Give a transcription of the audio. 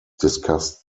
discussed